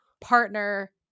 partner